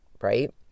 right